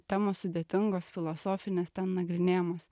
temos sudėtingos filosofinės ten nagrinėjamos